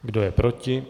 Kdo je proti?